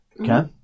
Okay